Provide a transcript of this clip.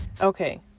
Okay